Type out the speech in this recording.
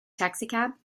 taxicab